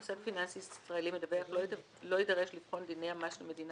מוסד פיננסי ישראלי מדווח לא יידרש לבחון דיני מס של מדינה